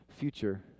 future